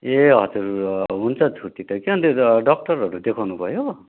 ए हजुर हुन्छ छुट्टी त कि अन्त डक्टरहरू देखाउनु भयो